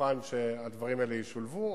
מוכן שהדברים האלה ישולבו,